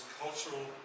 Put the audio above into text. cultural